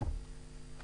טוב ותודה